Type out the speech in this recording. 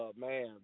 man